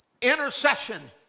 Intercession